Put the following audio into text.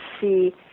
see